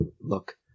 look